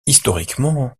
historiquement